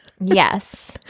Yes